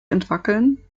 entwackeln